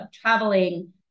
traveling